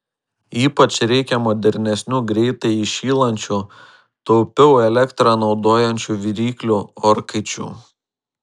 ypač reikia modernesnių greitai įšylančių taupiau elektrą naudojančių viryklių orkaičių